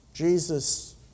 Jesus